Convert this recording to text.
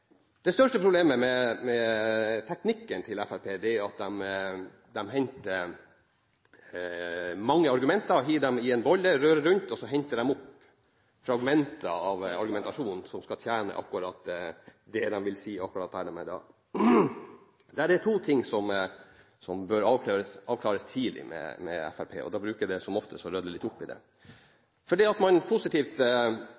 Det største problemet med teknikken til Fremskrittspartiet er at de henter mange argumenter, hiver dem i en bolle, rører rundt, og så henter de opp fragmenter av argumentasjonen som skal tjene det de vil si akkurat da. Det er to ting som bør avklares tidlig med Fremskrittspartiet, og da bruker det som oftest å rydde litt opp i